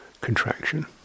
contraction